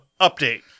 update